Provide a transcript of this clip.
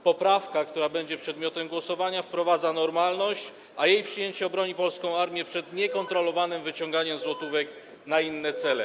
Poprawka, która będzie przedmiotem głosowania, wprowadza normalność, a jej przyjęcie obroni polską armię przed niekontrolowanym wyciąganiem złotówek na inne cele.